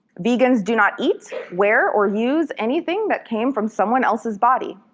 vegans do not eat, wear, or use anything that came from someone else's body.